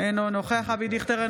אינו נוכח אבי דיכטר,